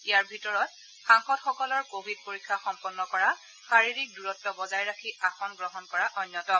ইয়াৰ ভিতৰত সাংসদসকলৰ কভিড পৰীক্ষা সম্পন্ন কৰা শাৰীৰিক দূৰত্ব বজাই ৰাখি আসন গ্ৰহণ কৰা অন্যতম